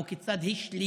או כיצד השליך